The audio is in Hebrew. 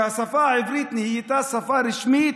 שהשפה העברית נהייתה שפה רשמית,